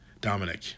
Dominic